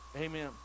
amen